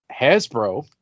Hasbro